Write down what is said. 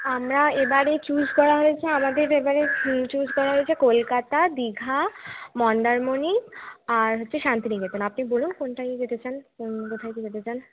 আমরা এবারে চুজ করা হয়েছে আমাদের এবারে চুজ করা হয়েছে কলকাতা দীঘা মন্দারমণি আর হচ্ছে শান্তিনিকেতন আপনি বলুন কোনটা কী যেতে চান কোথায় কী যেতে চান